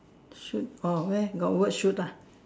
shoot oh where got word shoot lah